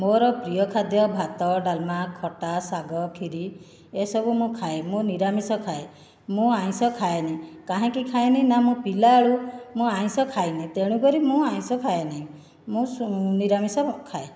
ମୋର ପ୍ରିୟ ଖାଦ୍ୟ ଭାତ ଡାଲମା ଖଟା ଶାଗ କ୍ଷୀରି ଏସବୁ ମୁଁ ଖାଏ ମୁଁ ନିରାମିଷ ଖାଏ ମୁଁ ଆମିଷ ଖାଏନି କାହିଁକି ଖାଏନି ନା ମୁଁ ପିଲାବେଳୁ ମୁଁ ଆମିଷ ଖାଇନି ତେଣୁକରି ମୁଁ ଆମିଷ ଖାଏନାହିଁ ମୁଁ ନିରାମିଷ ଖାଏ